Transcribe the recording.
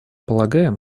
полагаем